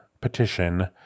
petition